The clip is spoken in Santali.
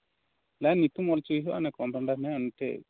ᱚᱸᱰᱮ ᱧᱩᱛᱩᱢ ᱚᱞ ᱦᱚᱪᱚᱭ ᱦᱩᱭᱩᱜᱼᱟ ᱠᱚᱢᱯᱟᱱᱰᱟᱨ ᱢᱮᱱᱟᱭᱟ ᱩᱱᱤ ᱴᱷᱮᱡ